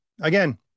again